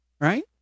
right